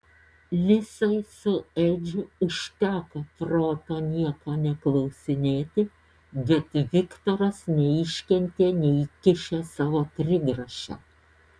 lisai su edžiu užteko proto nieko neklausinėti bet viktoras neiškentė neįkišęs savo trigrašio